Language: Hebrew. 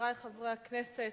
חברי חברי הכנסת,